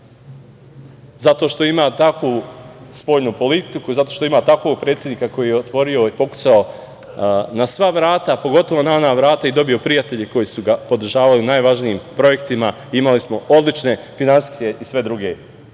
zato što ima takvu spoljnu politiku, zato što ima takvog predsednika koji je otvorio i pokucao na sva vrata, a pogotovo na ona vrata i dobio prijatelje koji su ga podržavali u najvažnijim projektima. Imali smo odlične finansijske i sve druge